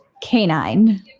Canine